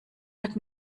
hat